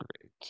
Great